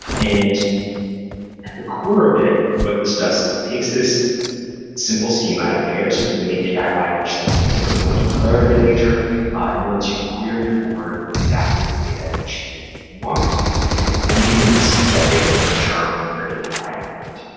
and at the core of it, what this does is it takes this simple scheme and it pairs it with an api language that's a little bit more declarative in nature and lets you query for exactly the data that you want and only received that data in return from your api endpoints.